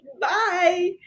Bye